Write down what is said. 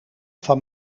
van